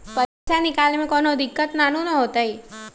पईसा निकले में कउनो दिक़्क़त नानू न होताई?